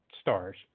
stars